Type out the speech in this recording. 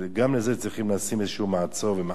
גם לזה צריכים לשים איזשהו מעצור ומחסום.